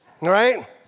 Right